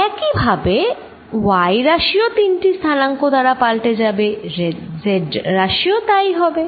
একইভাবে y রাশিও তিনটি স্থানাঙ্ক দ্বারা পাল্টে যাবে z রাশিও তাই হবে